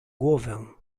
głowę